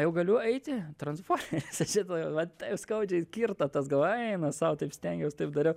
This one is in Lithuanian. jau galiu eiti transformeris šitą vat skaudžiai kirto tas galvoju eina sau taip stengiaus taip dariau